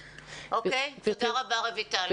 אוקיי, תודה רבה, רויטל.